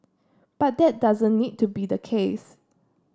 but that doesn't need to be the case